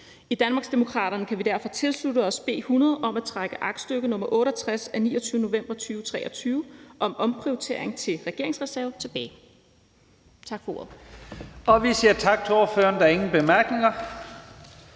I Danmarksdemokraterne kan vi derfor tilslutte os B 100 om at trække aktstykke nr. 68 af 29. november 2023 om omprioritering til regeringsreserven tilbage. Tak for ordet. Kl. 12:22 Første næstformand (Leif Lahn Jensen):